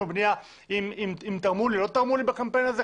ובנייה אם תרמו לי או לא תרמו לי בקמפיין הזה,